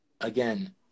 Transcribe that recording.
again